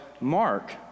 Mark